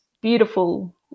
beautiful